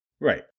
Right